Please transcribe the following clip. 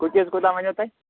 cookies کوٗتاہ ونیوٕ تۄہہِ